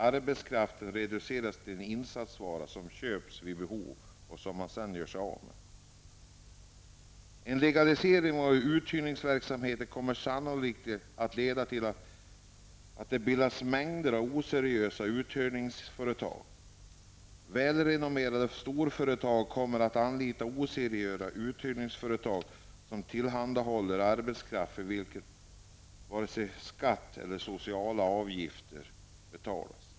Arbetskraften reduceras till en insatsvara som köps vid behov och som man sedan gör sig av med. En legalisering av uthyrningsverksamhet kommer sannolikt att leda till att det bildas en mängd oseriösa uthyrningsföretag. Välrenommerade storföretag kommer att anlita oseriösa uthyrningsföretag som tillhandahåller arbetskraft för vilken vare sig skatt eller sociala avgifter betalas.